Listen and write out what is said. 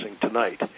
tonight